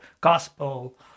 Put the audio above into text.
gospel